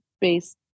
based